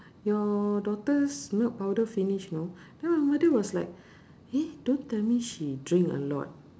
your daughter's milk powder finish you know then my mother was like eh don't tell me she drink a lot